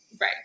Right